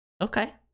Okay